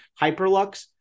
Hyperlux